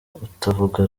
utavuga